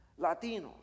Latinos